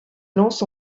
lance